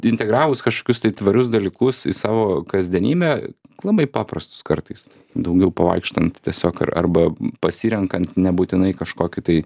integravus kažkokius tai tvarius dalykus į savo kasdienybę labai paprastus kartais daugiau pavaikštant tiesiog ar arba pasirenkant nebūtinai kažkokį tai